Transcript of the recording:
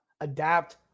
Adapt